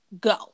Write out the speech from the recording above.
go